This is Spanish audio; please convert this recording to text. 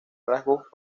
rasgos